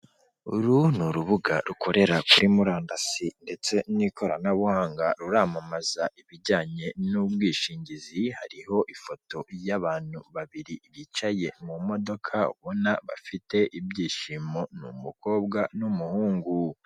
Uru ni urubuga rukorera kuri murandasi ndetse n'ikoranabuhanga ruramamaza ibijyanye n'ubwishingizi hariho ifoto y'abantu babiri bicaye mu mudoka ubona bafite ibyishimo ni umukobwa n'umuhungu.